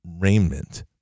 raiment